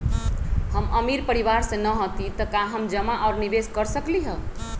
हम अमीर परिवार से न हती त का हम जमा और निवेस कर सकली ह?